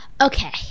Okay